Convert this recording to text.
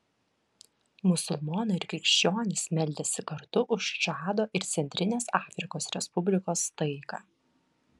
musulmonai ir krikščionys meldėsi kartu už čado ir centrinės afrikos respublikos taiką